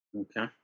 okay